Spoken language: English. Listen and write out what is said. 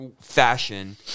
fashion